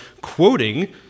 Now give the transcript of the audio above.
quoting